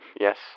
Yes